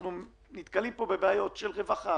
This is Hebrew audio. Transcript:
אנחנו נתקלים פה בבעיות של רווחה,